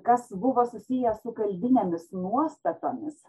kas buvo susiję su kalbinėmis nuostatomis